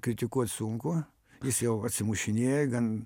kritikuot sunku jis jau atsimušinėja gan